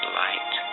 light